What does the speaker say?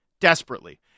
Desperately